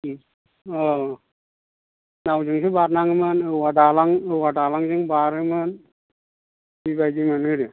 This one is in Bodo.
उम औ नावजोंसो बारनाङो मोन औवा दालांजों बारोमोन बे बायदिमोन गोदो